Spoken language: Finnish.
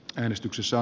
kannatan